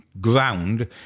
ground